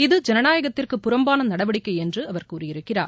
இது ஜனநாயகத்திற்கு புறம்பான நடவடிக்கை என்று அவர் கூறியிருக்கிறார்